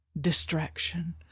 Distraction